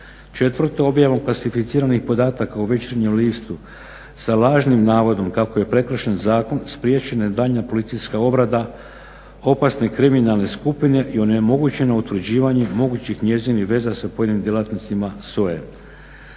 odbor. 4. Objavom klasificirani podataka u Večernjem listu sa lažnim navodom kako je prekršen zakon, spriječena je daljnja policijska obrada opasne kriminalne skupine i onemogućeno utvrđivanje mogućih njezinih veza sa pojedinim djelatnicima SOA-e.